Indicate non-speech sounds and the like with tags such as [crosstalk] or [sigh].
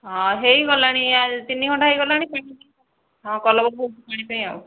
ହଁ ହୋଇଗଲାଣି ତିନି ଘଣ୍ଟା ହୋଇଗଲାଣି [unintelligible] କଲବଲ [unintelligible] ପାଣି ପାଇଁ ଆଉ